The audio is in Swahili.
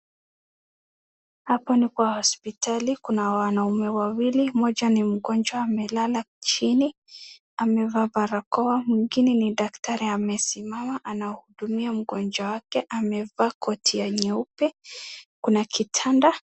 Hapa ni kwa hospitali, kuna wanaume wawili, moja ni mgonjwa amelala chini, amevaa barakoa, mwingine ni daktari amesimama anahudumia mgonjwa wake, amevaa koti ya nyeupe kuna kitanda.